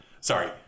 sorry